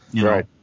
Right